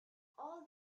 all